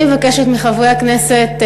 אני מבקשת מחברי הכנסת,